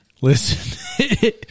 listen